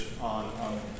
on